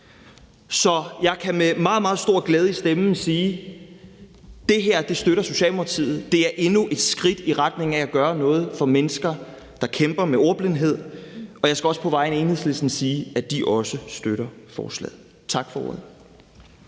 Så jeg kan med meget, meget stor glæde i stemmen sige, at det her støtter Socialdemokratiet. Det er endnu et skridt i retning af at gøre noget for mennesker, der kæmper med ordblindhed. Og jeg skal på vegne af Enhedslisten sige, at de også støtter forslaget. Tak for ordet.